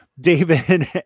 David